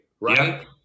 right